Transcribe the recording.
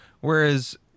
whereas